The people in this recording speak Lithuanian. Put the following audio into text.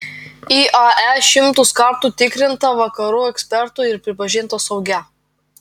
iae šimtus kartų tikrinta vakarų ekspertų ir pripažinta saugia